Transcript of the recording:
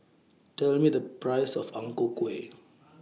Tell Me The Price of Ang Ku Kueh